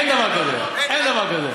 אין דבר כזה, אין דבר כזה.